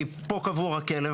כי פה קבור הכלב,